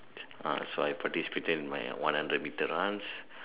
ah so I participated in my one hundred metre runs